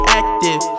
active